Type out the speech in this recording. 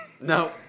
No